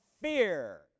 fear